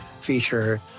feature